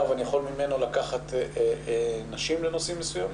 ויכול לקחת ממנו נשים לנושאים מסוימים?